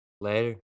Later